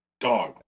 Dog